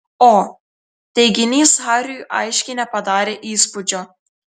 o teiginys hariui aiškiai nepadarė įspūdžio